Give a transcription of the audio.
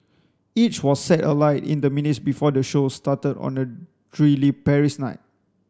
each was set alight in the minutes before the show started on a drily Paris night